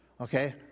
Okay